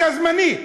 אתה זמני.